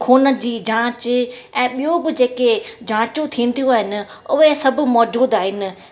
ख़ून जी जाच ऐं ॿियूं बि जेके जाचूं थींदियूं आहिनि उहे सभु मौजूदु आहिनि